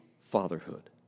fatherhood